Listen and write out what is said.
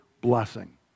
blessing